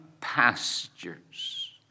pastures